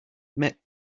met